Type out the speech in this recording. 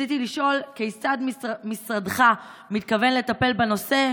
ברצוני לשאול: כיצד משרדך מתכוון לטפל בנושא,